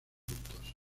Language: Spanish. cultos